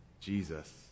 jesus